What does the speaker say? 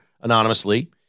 anonymously